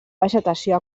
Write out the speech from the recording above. vegetació